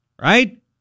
right